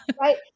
Right